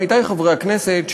עמיתי חברי הכנסת,